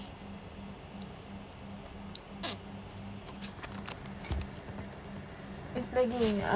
it's lagging ah